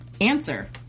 Answer